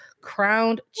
Crowned